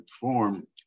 form